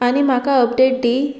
आनी म्हाका अपडेट दी